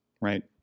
Right